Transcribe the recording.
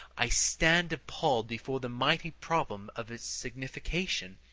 i stand appalled before the mighty problem of its signification,